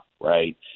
right